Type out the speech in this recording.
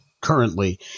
currently